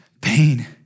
pain